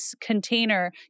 container